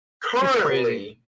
currently